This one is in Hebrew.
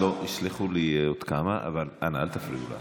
יסלחו לי עוד כמה, אבל אנא, אל תפריעו לה.